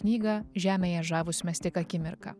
knygą žemėje žavūs mes tik akimirką